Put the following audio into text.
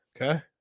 Okay